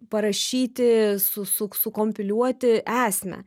parašyti su su sukompiliuoti esmę